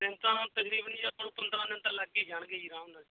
ਦਿਨ ਤਾ ਤਕਰੀਬਨ ਜੀ ਆਪਾਂ ਨੂੰ ਪੰਦਰਾਂ ਦਿਨ ਲੱਗ ਹੀ ਜਾਣਗੇ ਜੀ ਆਰਾਮ ਨਾਲ